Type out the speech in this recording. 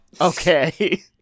Okay